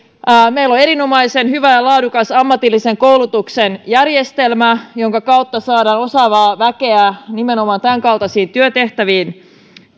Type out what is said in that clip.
meillä on erinomaisen hyvä ja laadukas ammatillisen koulutuksen järjestelmä jonka kautta saadaan osaavaa väkeä nimenomaan tämänkaltaisiin työtehtäviin